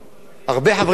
הרבה חברי כנסת,